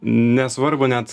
nesvarbu net